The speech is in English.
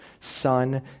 son